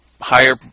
higher